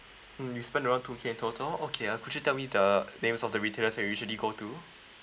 mm you spend around two K in total okay uh could you tell me the names of the retailers that you usually go to